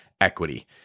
equity